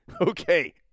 okay